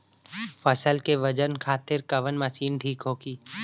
फसल के वजन खातिर कवन मशीन ठीक होखि?